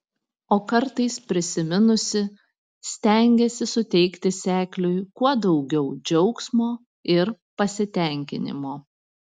o kartais prisiminusi stengiasi suteikti sekliui kuo daugiau džiaugsmo ir pasitenkinimo